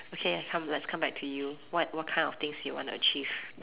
okay come let's come back to you what what kind of things you want to achieve